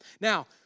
Now